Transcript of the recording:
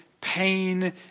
pain